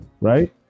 right